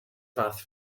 fath